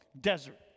desert